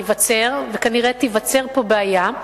בכך שעלולה להיווצר וכנראה תיווצר פה בעיה,